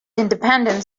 independent